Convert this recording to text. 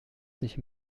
sich